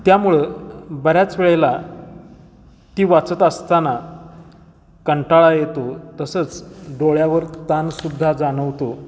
त्यामुळं बऱ्याच वेळेला ती वाचत असताना कंटाळा येतो तसंच डोळ्यावर ताणसुद्धा जाणवतो